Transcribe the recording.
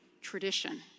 tradition